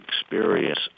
experience